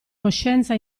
coscienza